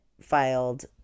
filed